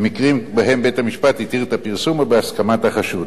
במקרים בהם בית-המשפט התיר את הפרסום או בהסכמת החשוד.